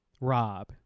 Rob